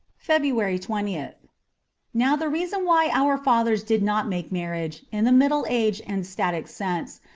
february twentieth now the reason why our fathers did not make marriage, in the middle-aged and static sense,